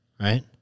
right